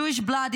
Jewish blood,